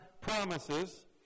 promises